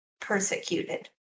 Persecuted